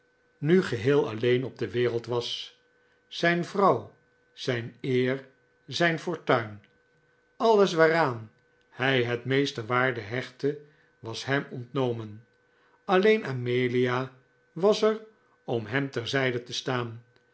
nu geheel alleen op de wereld was zijn vrouw zijn eer zijn fortuin alles waaraan hij het meeste waarde hechtte was hem ontnomen alleen amelia was er om hem ter zijde te staan